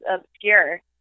obscure